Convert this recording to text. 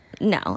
no